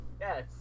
Yes